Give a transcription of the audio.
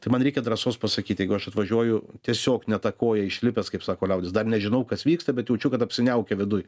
tai man reikia drąsos pasakyt jeigu aš atvažiuoju tiesiog ne ta koja išlipęs kaip sako liaudis dar nežinau kas vyksta bet jaučiu kad apsiniaukę viduj